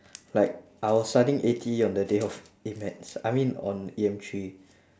like I was studying A T E on the day of A maths I mean on E M three